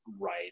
right